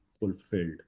fulfilled